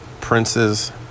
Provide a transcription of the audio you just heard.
Princes